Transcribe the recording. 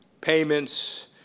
payments